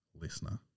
listener